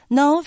no